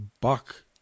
buck